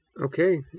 okay